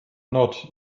not